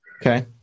Okay